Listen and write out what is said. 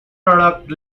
product